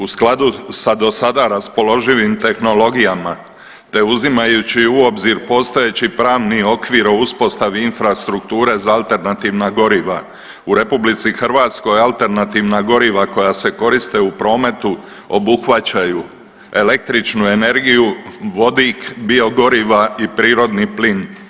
U skladu sa dosadašnjim raspoloživim tehnologijama te uzimajući u obzir postojeći pravni okvir o uspostavi infrastrukture za alternativna goriva u RH alternativna goriva koja se koriste u prometu obuhvaćaju električnu energiju, vodik, biogoriva i prirodni plin.